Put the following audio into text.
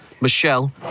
Michelle